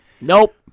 Nope